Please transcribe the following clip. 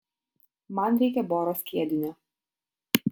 man reikia boro skiedinio